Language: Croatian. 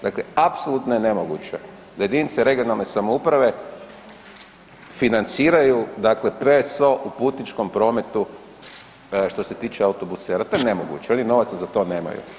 Dakle, apsolutno je nemoguće da jedinice regionalne samouprave financiraju dakle PSO u putničkom prometu, što se tiče autobusa jer je to nemoguće, oni novaca za to nemaju.